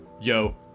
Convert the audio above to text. Yo